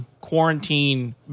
quarantine